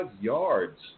yards